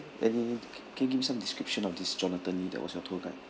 any can can you give some description of this jonathan lee that was your tour guide